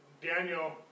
Daniel